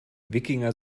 wikinger